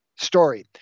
story